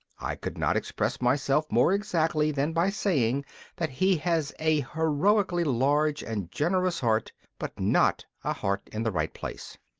i could not express myself more exactly than by saying that he has a heroically large and generous heart but not a heart in the right place.